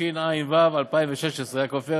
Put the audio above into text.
התשע"ו 2016. יעקב פרי,